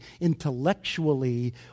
intellectually